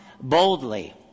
boldly